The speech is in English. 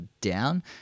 down